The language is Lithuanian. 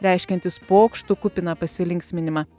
reiškiantis pokštų kupiną pasilinksminimą